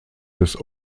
des